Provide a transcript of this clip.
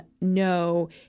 no